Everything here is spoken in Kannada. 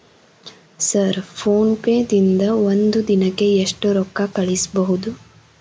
ಸರ್ ಫೋನ್ ಪೇ ದಿಂದ ಒಂದು ದಿನಕ್ಕೆ ಎಷ್ಟು ರೊಕ್ಕಾ ಕಳಿಸಬಹುದು?